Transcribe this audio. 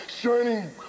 shining